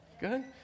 Good